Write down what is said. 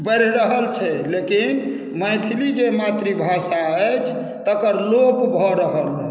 पढ़ि रहल छै लेकिन मैथिली जे मातृभाषा अछि तकर लोप भऽ रहल हँ